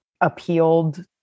appealed